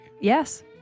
Yes